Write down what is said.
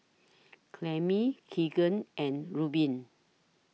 Clemie Keegan and Rubin